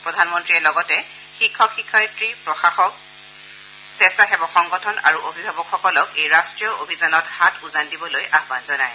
প্ৰধানমন্ত্ৰীয়ে লগতে শিক্ষক শিক্ষয়িত্ৰী প্ৰশাসক স্বেচ্ছাসেৱক সংগঠন আৰু অভিভাৱকসকলক এই ৰাষ্টীয় অভিযানত হাত উজান দিবলৈ আহান জনায়